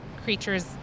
creatures